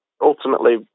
ultimately